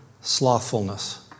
slothfulness